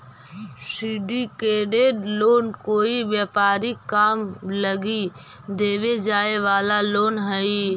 syndicated loan कोई व्यापारिक काम लगी देवे जाए वाला लोन हई